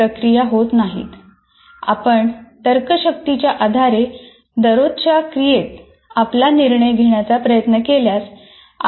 प्रक्रिया करतो